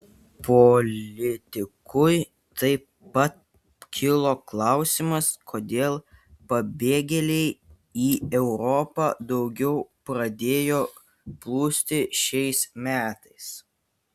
politikui taip pat kilo klausimas kodėl pabėgėliai į europą daugiau pradėjo plūsti šiais metais